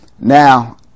now